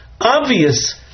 obvious